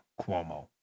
Cuomo